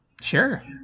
Sure